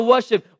Worship